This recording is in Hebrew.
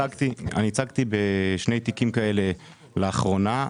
ייצגתי לאחרונה בשני תיקים כאלה לאחרונה.